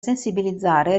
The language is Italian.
sensibilizzare